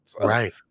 Right